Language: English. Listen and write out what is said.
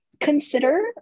consider